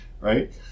right